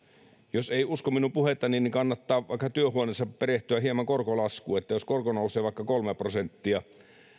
jos ei usko minun puhettani niin kannattaa vaikka työhuoneessa perehtyä hieman korkolaskuun jos korko nousee vaikka kolme prosenttia